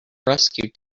rescue